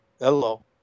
hello